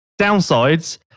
Downsides